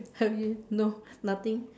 have you no nothing